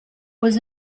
was